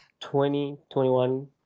2021